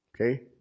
Okay